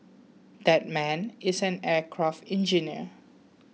that man is an aircraft engineer